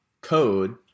code